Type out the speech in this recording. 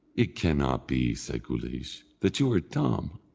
it cannot be, said guleesh, that you are dumb.